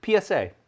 PSA